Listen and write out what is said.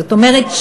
זאת אומרת,